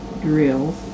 drills